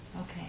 Okay